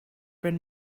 been